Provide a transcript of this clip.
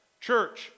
Church